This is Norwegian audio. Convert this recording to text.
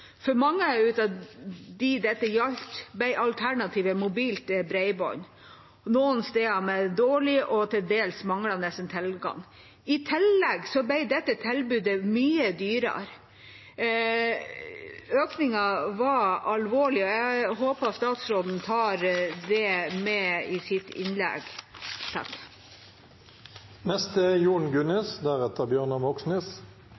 For mange av dem dette gjaldt, ble alternativet mobilt bredbånd, noen steder med dårlig og til dels manglende tilgang. I tillegg ble dette tilbudet mye dyrere – økningen var alvorlig, og jeg håper at statsråden tar det med i sitt innlegg.